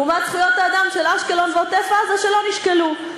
לעומת זכויות האדם של אשקלון ועוטף-עזה שלא נשקלו.